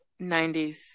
90s